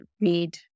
read